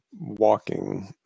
walking